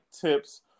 tips